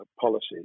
policies